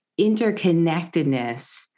interconnectedness